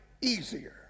easier